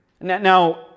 Now